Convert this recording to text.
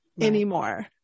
anymore